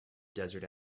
desert